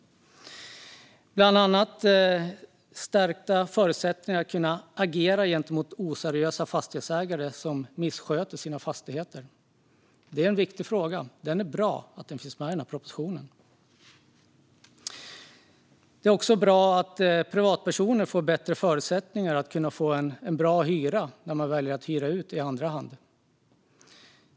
Det handlar bland annat om stärkta förutsättningar att agera mot oseriösa fastighetsägare som missköter sina fastigheter. Det är en viktig fråga, och det är bra att det finns med i propositionen. Det är också bra att privatpersoner får bättre förutsättningar att ta ut en bra hyra när de väljer att hyra ut i andra hand.